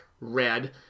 red